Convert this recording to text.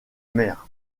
mer